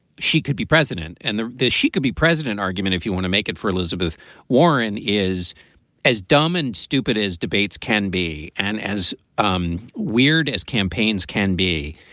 she could be president and she could be president. argument, if you want to make it for elizabeth warren, is as dumb and stupid as debates can be and as um weird as campaigns can be.